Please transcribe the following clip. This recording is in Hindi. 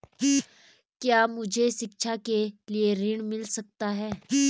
क्या मुझे शिक्षा के लिए ऋण मिल सकता है?